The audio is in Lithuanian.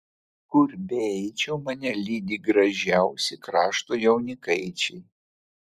kur beeičiau mane lydi gražiausi krašto jaunikaičiai